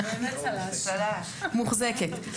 מוחזקת.